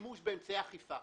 גבייה ללא שימוש באמצעי אכיפה.